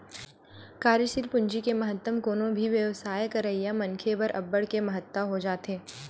कार्यसील पूंजी के महत्तम कोनो भी बेवसाय करइया मनखे बर अब्बड़ के महत्ता हो जाथे